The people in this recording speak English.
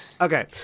Okay